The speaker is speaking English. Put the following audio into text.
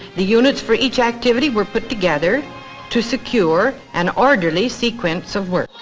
the units for each activity were put together to secure an orderly sequence of work.